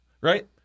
right